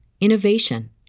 innovation